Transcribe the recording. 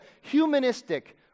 humanistic